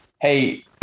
hey